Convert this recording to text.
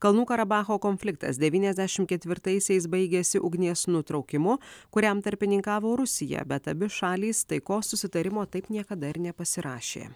kalnų karabacho konfliktas devyniasdešimt ketvirtaisiais baigėsi ugnies nutraukimu kuriam tarpininkavo rusija bet abi šalys taikos susitarimo taip niekada ir nepasirašė